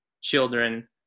children